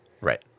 Right